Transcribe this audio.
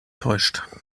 täuscht